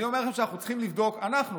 אני אומר לכם שאנחנו צריכים לבדוק לעומק,